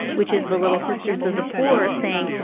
which is the little sisters of the poor saying,